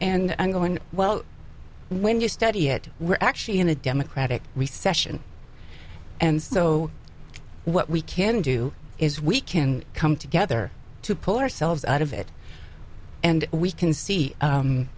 and i'm going well when you study it we're actually in a democratic recession and so what we can do is we can come together to pull ourselves out of it and we can see